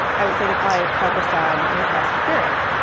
i would say they're probably focused on your past experience.